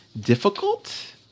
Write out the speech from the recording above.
difficult